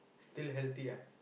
still healthy ah